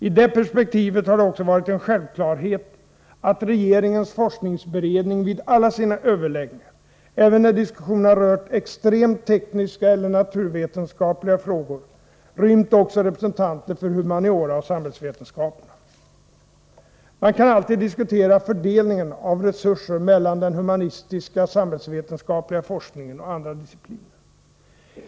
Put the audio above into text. I det perspektivet har det också varit en självklarhet att regeringens forkningsberedning vid alla sina överläggningar — även när diskussionerna rört extremt tekniska eller naturvetenskapliga frågor — rymt också representanter för humaniora och samhällsvetenskaperna. Man kan alltid diskutera fördelningen av resurser mellan den humanistisksamhällsvetenskapliga forskningen och andra discipliner.